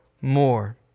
more